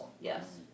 Yes